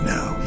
Now